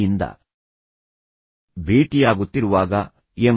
ಯಿಂದ ಭೇಟಿಯಾಗುತ್ತಿರುವಾಗ ಎಂ